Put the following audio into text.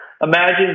imagine